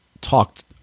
talked